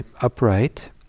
upright